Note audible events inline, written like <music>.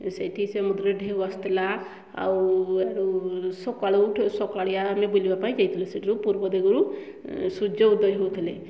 ସେଠି ସମୁଦ୍ରରେ ଢେଉ ଆସୁଥିଲା ଆଉ <unintelligible> ସକାଳୁ <unintelligible> ସକାଳିଆ ଆମେ ବୁଲିବା ପାଇଁ ଯାଇଥିଲୁ ସେଠିରୁ ପୂର୍ବ ଦିଗରୁ ସୂର୍ଯ୍ୟ ଉଦୟ ହଉଥିଲେ